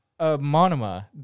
Monoma